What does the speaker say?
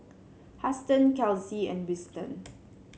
Huston Kelsea and Winston